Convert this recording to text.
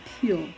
pure